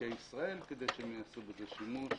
מקרקעי ישראל כדי שהם יעשו בזה שימוש.